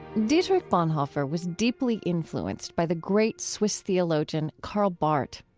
dietrich bonhoeffer was deeply influenced by the great swiss theologian karl barth.